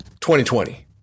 2020